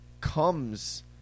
comes